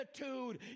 attitude